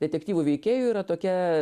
detektyvų veikėjų yra tokia